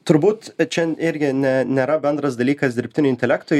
turbūt čia irgi ne nėra bendras dalykas dirbtiniui intelektui